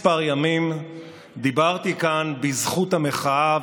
דיברתי כאן בזכות המחאה,